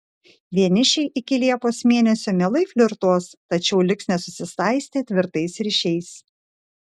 vienišiai iki liepos mėnesio mielai flirtuos tačiau liks nesusisaistę tvirtais ryšiais